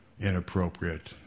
inappropriate